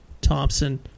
Thompson